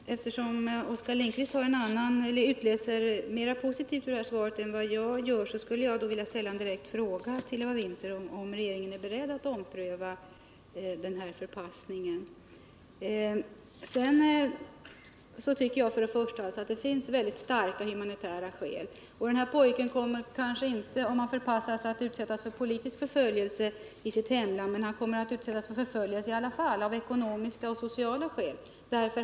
Herr talman! Eftersom Oskar Lindkvist tolkar detta svar mer positivt, vill jag ställa en direkt fråga till statsrådet Winther: Är regeringen beredd att ompröva denna förpassning? För det första finns det väldigt starka humanitära skäl härför. Om denne pojke förvisas, kommer han kanske inte att utsättas för politisk förföljelse i sitt hemland, men han kommer att utsättas för förföljelse i alla fall av ekonomiska och sociala skäl.